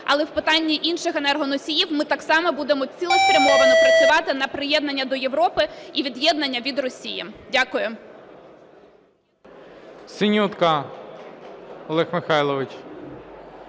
але і в питанні інших енергоносіїв ми так само будемо цілеспрямовано працювати на приєднання до Європи і від'єднання від Росії. Дякую.